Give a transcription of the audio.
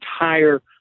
entire